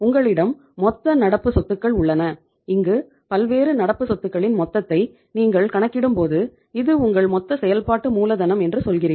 உங்களிடம் மொத்த நடப்பு சொத்துக்கள் உள்ளன இங்கு பல்வேறு நடப்பு சொத்துக்களின் மொத்தத்தை நீங்கள் கணக்கிடும்போது இது உங்கள் மொத்த செயல்பாட்டு மூலதனம் என்று சொல்கிறீர்கள்